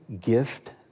gift